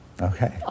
Okay